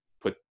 put